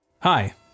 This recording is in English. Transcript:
Hi